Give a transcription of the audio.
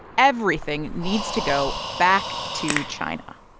everything needs to go back to china.